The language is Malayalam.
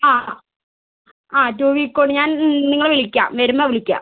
ആ ആ ആ ടു വീക്ക് കൊണ്ട് ഞാൻ നിങ്ങളെ വിളിക്കാം വരുമ്പോൾ വിളിക്കാം